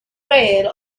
trail